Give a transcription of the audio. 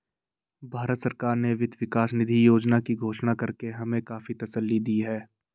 भारत सरकार ने वित्त विकास निधि योजना की घोषणा करके हमें काफी तसल्ली दी है